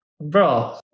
bro